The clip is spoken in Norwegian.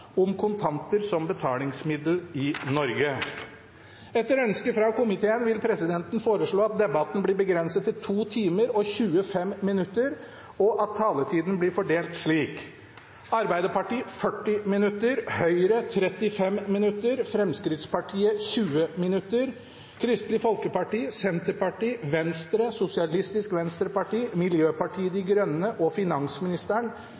om ordet. Etter ønske fra finanskomiteen vil presidenten foreslå at sakene nr. 2 og 3 behandles under ett. – Det anses vedtatt. Etter ønske fra finanskomiteen vil presidenten foreslå at debatten blir begrenset til 2 timer og 25 minutter, og at taletida blir fordelt slik: Arbeiderpartiet 40 minutter, Høyre 35 minutter, Fremskrittspartiet 20 minutter, Kristelig Folkeparti,